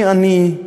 מי אני,